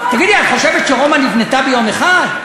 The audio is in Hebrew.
תגידי, את חושבת שרומא נבנתה ביום אחד?